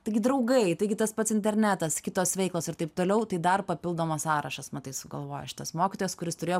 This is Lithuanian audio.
taigi draugai taigi tas pats internetas kitos veiklos ir taip toliau tai dar papildomas sąrašas na tai sugalvojo šitas mokytojas kuris turėjo